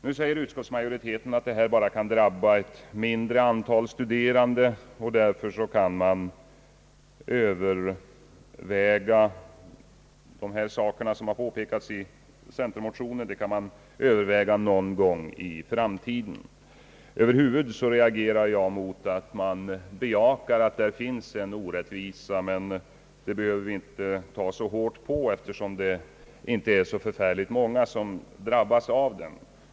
Nu säger utskottsmajoriteten att detta bara kan drabba ett mindre antal studerande och att man därför någon gång i framtiden kan överväga de saker som påpekas i centerpartimotionen. Över huvud reagerar jag mot att man medger att det finns en orättvisa i förslaget men inte anser att vi behöver ta så hårt på det, eftersom det inte är så förfärligt många som drabbas av den.